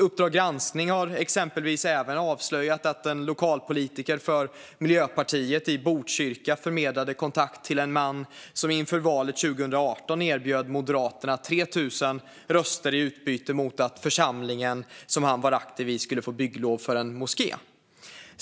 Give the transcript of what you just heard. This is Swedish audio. Uppdrag granskning har exempelvis även avslöjat att en lokalpolitiker för Miljöpartiet i Botkyrka förmedlade kontakt till en man som inför valet 2018 erbjöd Moderaterna 3 000 röster i utbyte mot att församlingen som han var aktiv i skulle få bygglov för en moské.